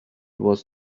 was